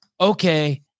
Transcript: okay